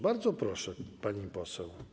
Bardzo proszę, pani poseł.